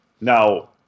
Now